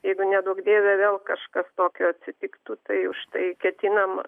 jeigu neduok dieve vėl kažkas tokio atsitiktų tai už tai ketinama